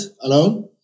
alone